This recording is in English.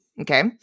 Okay